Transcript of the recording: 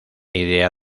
idea